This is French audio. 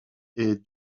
est